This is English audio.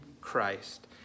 Christ